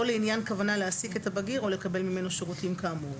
לעניין כוונה להעסיק את הבגיר או לקבל ממנו שירותים כאמור.